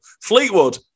Fleetwood